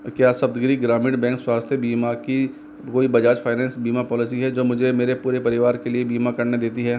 क्या सप्तगिरि ग्रामीण बैंक स्वास्थ्य बीमा की कोई बजाज फाइनेंस बीमा पॉलिसी है जो मुझे मेरे पूरे परिवार के लिए बीमा करने देती है